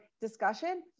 discussion